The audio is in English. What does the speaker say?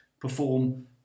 perform